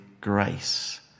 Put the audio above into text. grace